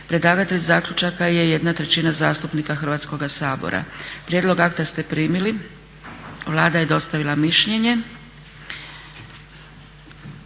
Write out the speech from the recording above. Predlagatelj zaključaka je 1/3 zastupnika Hrvatskoga sabora. Prijedlog akta ste primili. Vlada je dostavila mišljenje.